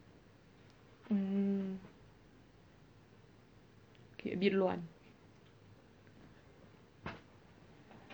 mm okay a bit 乱